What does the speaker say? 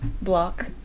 block